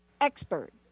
expert